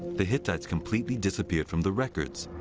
the hittites completely disappeared from the records.